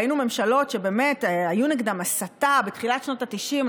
ראינו ממשלות שהייתה נגדן הסתה בתחילת שנות התשעים.